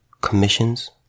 commissions